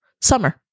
summer